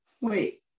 wait